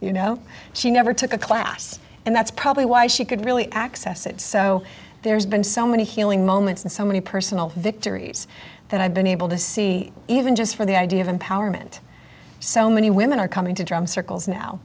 you know she never took a class and that's probably why she could really access it so there's been so many healing moments and so many personal victories that i've been able to see even just for the idea of empowerment so many women are coming to drum circles now